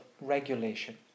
regulation